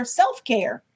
self-care